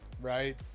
right